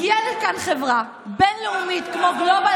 הגיעה לכאן חברה בין-לאומית כמו נובל